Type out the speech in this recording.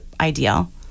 ideal